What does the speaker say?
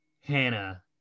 Hannah